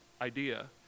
idea